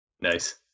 Nice